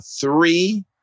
three